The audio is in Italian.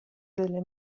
delle